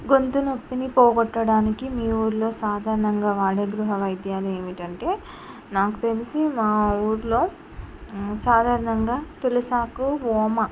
గొంతు నొప్పిని పోగొట్టడానికి మీ ఊర్లో సాధారణంగా వాడే గృహ వైద్యాలు ఏమిటంటే నాకు తెలిసి మా ఊర్లో సాధారణంగా తులసాకు ఓమ